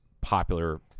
popular